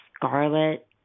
scarlet